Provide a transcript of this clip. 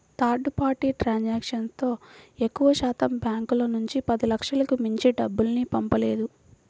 third party ట్రాన్సాక్షన్తో ఎక్కువశాతం బ్యాంకుల నుంచి పదిలక్షలకు మించి డబ్బుల్ని పంపలేము